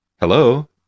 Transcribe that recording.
Hello